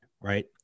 right